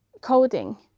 coding